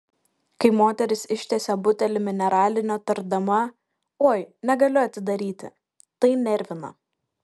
kai moteris ištiesia butelį mineralinio tardama oi negaliu atidaryti tai nervina